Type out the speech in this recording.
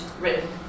written